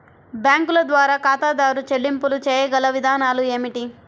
బ్యాంకుల ద్వారా ఖాతాదారు చెల్లింపులు చేయగల విధానాలు ఏమిటి?